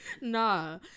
Nah